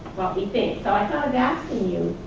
what we think. so i thought of asking you,